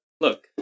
Look